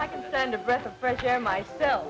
i can send a breath of fresh air myself